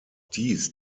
dies